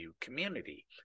community